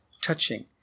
touching